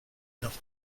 enough